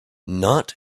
not